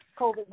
COVID